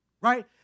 right